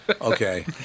Okay